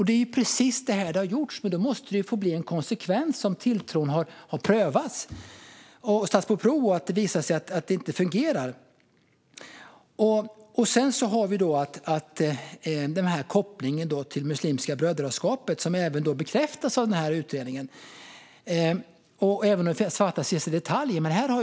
Det är precis det som har skett, och det måste ju få en konsekvens om tilltron har satts på prov och det visar sig att det inte fungerar. Kopplingen till Muslimska brödraskapet bekräftas av utredningen, även om det fattas en del detaljer.